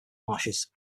marshes